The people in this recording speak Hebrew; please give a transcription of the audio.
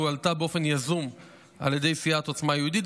הועלתה באופן יזום על ידי סיעת עוצמה יהודית,